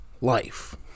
life